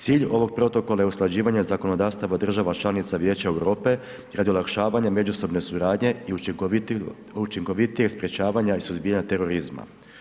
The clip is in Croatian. Cilj ovog protokola je usklađivanje zakonodavstava država članica Vijeća Europe radi olakšavanja međusobne suradnje i učinkovitije sprječavanje i suzbijanje terorizma.